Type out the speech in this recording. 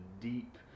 deep